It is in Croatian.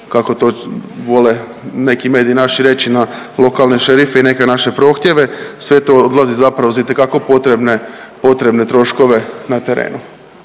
kako to vole neki mediji naši reći na lokalne šerife i neke naše prohtjeve. Sve to odlazi zapravo za itekako potrebne troškove na terenu.